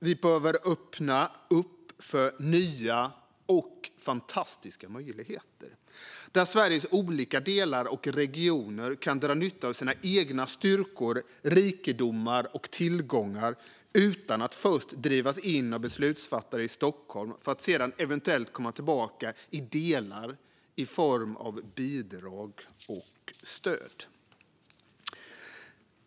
Vi behöver öppna för nya och fantastiska möjligheter där Sveriges olika delar och regioner kan dra nytta av sina egna styrkor, rikedomar och tillgångar utan att först drivas in av beslutsfattare i Stockholm för att sedan eventuellt komma tillbaka i delar i form av bidrag och stöd.